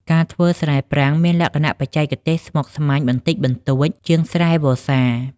ការធ្វើស្រែប្រាំងមានលក្ខណៈបច្ចេកទេសស្មុគស្មាញបន្តិចបន្តួចជាងស្រែវស្សា។